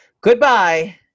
Goodbye